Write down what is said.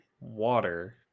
water